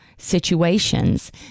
situations